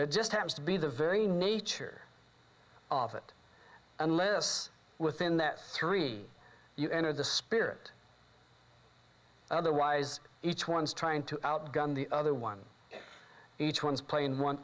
it just happens to be the very nature of it unless within that three you enter the spirit otherwise each one's trying to outgun the other one each one is playing one